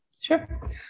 Sure